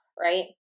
right